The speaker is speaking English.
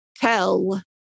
tell